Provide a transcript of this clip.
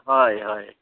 হয় হয়